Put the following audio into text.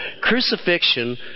Crucifixion